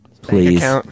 Please